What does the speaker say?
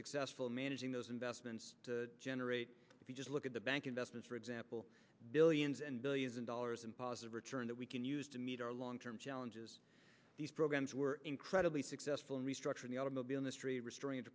successful managing those investments generate if you just look at the bank investments for example billions and billions of dollars in positive return that we can use to meet our long term challenges these programs were incredibly successful in restructuring the automobile industry restorin